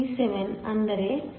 37 ಅಂದರೆ 0